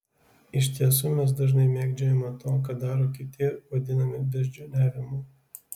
iš tiesų mes dažnai mėgdžiojimą to ką daro kiti vadiname beždžioniavimu